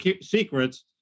secrets